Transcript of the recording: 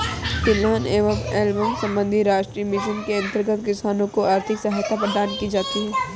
तिलहन एवं एल्बम संबंधी राष्ट्रीय मिशन के अंतर्गत किसानों को आर्थिक सहायता प्रदान की जाती है